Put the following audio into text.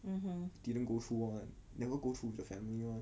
didn't go through one never go through with your family one